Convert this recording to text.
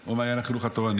או מעיין החינוך התורני,